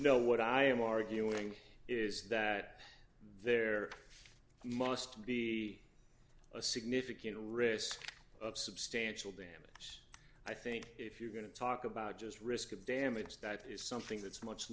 no what i am arguing is that there must be a significant risk of substantial damage i think if you're going to talk about just risk of damage that is something that's much